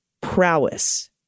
Prowess